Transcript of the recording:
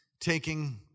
taking